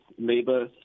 labour